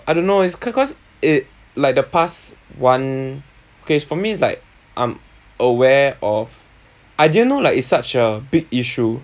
I don't know it's cau~ cause it like the past one K it's for me like I'm aware of I didn't know like it's such a big issue